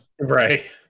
right